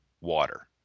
water